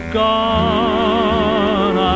gone